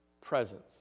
presence